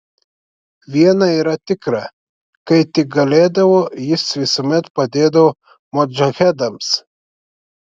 viena yra tikra kai tik galėdavo jis visuomet padėdavo modžahedams